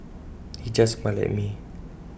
he just smiled at me